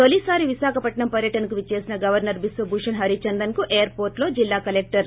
తొలిసారి విశాఖపట్నం పర్యటనకు విచ్చేసిన గవర్పర్ బిశ్వభూషన్ హరిచందన్ కు ఎయిర్ పోర్టులో జిల్లా కలెక్లర్ వి